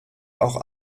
auch